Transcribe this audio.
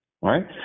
right